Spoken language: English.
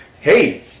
Hey